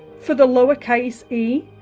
for the lowercase, e,